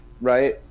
right